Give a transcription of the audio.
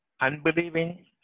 unbelieving